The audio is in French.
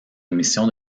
émission